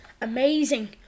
amazing